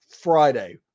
Friday